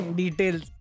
details